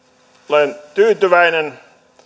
olen tyytyväinen